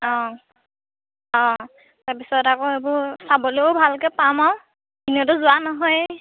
অঁ অঁ তাৰপিছত আকৌ এইবোৰ চাবলৈয়ো ভালকৈ পাম আৰু এনেইতো যোৱা নহয়ে